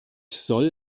soll